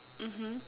mmhmm